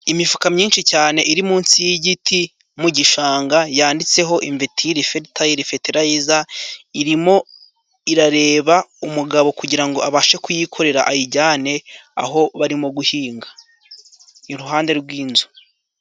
Imifuka myinshi cyane iri munsi y'igiti mu gishanga yanditseho i beti fetarayiza, irimo irareba umugabo kugirango abashe kuyikorera ayijyane aho barimo guhinga iruhande rw'inzu.